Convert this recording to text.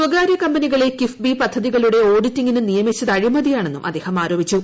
സ്വകാര്യ കമ്പനികളെ കിഫ്ബി പദ്ധതികളുടെ ഓഡിറ്റിംഗിന് നിയമിച്ചത് അഴിമതിയാണെന്നും അദ്ദേഹം ആരോപിച്ചു